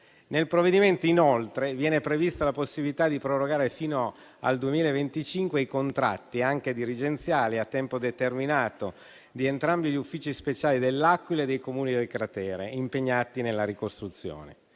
Nel provvedimento, inoltre, viene prevista la possibilità di prorogare fino al 2025 i contratti, anche dirigenziali, a tempo determinato di entrambi gli uffici speciali di L'Aquila e dei Comuni del cratere impegnati nella ricostruzione.